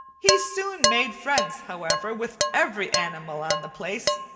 he soon made friends, however, with every animal on the place,